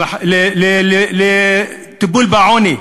לטיפול בעוני,